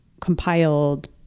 compiled